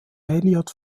elliot